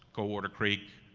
cold water creek,